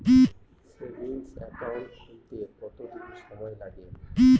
Savings account খুলতে কতদিন সময় লাগে?